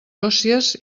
òssies